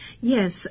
Yes